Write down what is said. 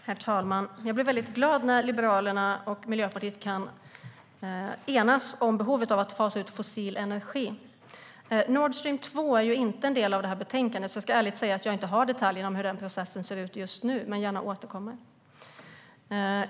Herr talman! Jag blir väldigt glad när Liberalerna och Miljöpartiet kan enas om behovet av att fasa ut fossil energi. Nord Stream 2 är inte en del av det här betänkandet, så jag ska ärligt säga att jag inte har detaljerna om hur den processen ser ut just nu, men jag återkommer gärna.